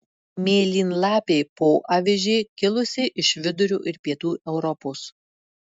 mėlynlapė poavižė kilusi iš vidurio ir pietų europos